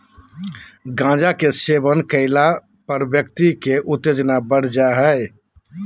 गांजा के सेवन करला पर व्यक्ति के उत्तेजना बढ़ जा हइ